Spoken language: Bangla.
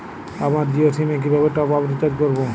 আমার জিও সিম এ কিভাবে টপ আপ রিচার্জ করবো?